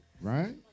Right